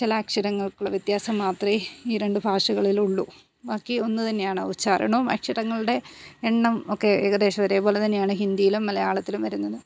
ചില അക്ഷരങ്ങൾക്ക് വ്യത്യാസം മാത്രമേ ഈ രണ്ട് ഭാഷകളിലള്ളു ബാക്കി ഒന്ന് തന്നെയാണ് ഉച്ചാരണവും അക്ഷരങ്ങളുടെ എണ്ണം ഒക്കെ ഏകദേശം ഒരേ പോലെ തന്നെയാണ് ഹിന്ദിയിലും മലയാളത്തിലും വരുന്നത്